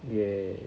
ya